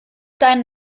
deinen